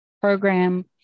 program